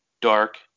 dark